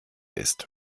ist